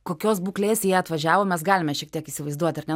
kokios būklės jie atvažiavo mes galime šiek tiek įsivaizduoti ar ne